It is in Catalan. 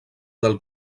del